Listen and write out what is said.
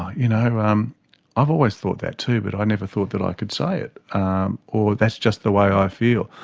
you know um i've always thought that too, but i've never thought that i could say it ah or, that's just the way i feel.